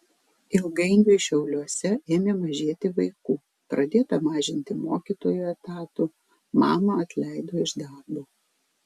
ilgainiui šiauliuose ėmė mažėti vaikų pradėta mažinti mokytojų etatų mamą atleido iš darbo